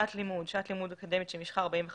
"שעת לימוד" שעת לימוד אקדמית שמשכה 45 דקות,